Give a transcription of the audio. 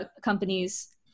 companies